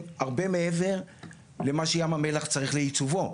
הרבה מעבר למה שים המלח צריך לעיצובו,